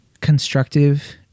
constructive